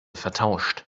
vertauscht